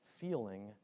feeling